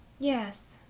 yes,